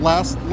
Last